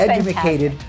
educated